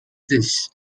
this